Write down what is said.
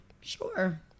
sure